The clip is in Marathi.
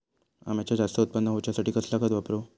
अम्याचा जास्त उत्पन्न होवचासाठी कसला खत वापरू?